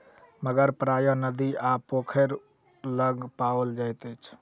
मगर प्रायः नदी आ पोखैर लग पाओल जाइत अछि